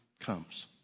comes